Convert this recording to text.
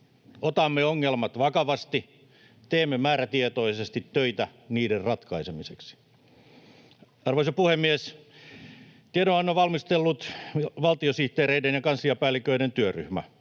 Otamme ongelmat vakavasti. Teemme määrätietoisesti töitä niiden ratkaisemiseksi. Arvoisa puhemies! Tiedonannon on valmistellut valtiosihteereiden ja kansliapäälliköiden työryhmä.